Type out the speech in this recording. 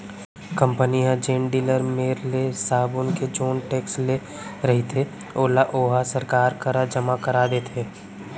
company ह जेन dealer मेर ले साबून के जेन टेक्स ले रहिथे ओला ओहा सरकार करा जमा करा देथे